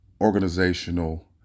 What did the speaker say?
organizational